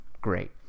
great